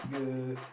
the